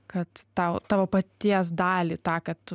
kad tau tavo paties dalį tą kad tu